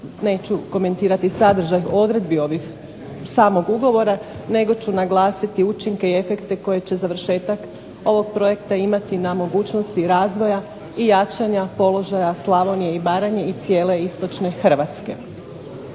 neću komentirati sadržaj odredbi samog ugovora nego ću naglasiti učinke i efekte koje će završetak ovog projekta imati na mogućnosti razvoja i jačanja položaja Slavonije i Baranje i cijele istočne Hrvatske.